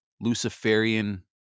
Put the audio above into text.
Luciferian